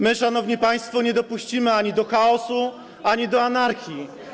My, szanowni państwo, nie dopuścimy ani do chaosu, ani do anarchii.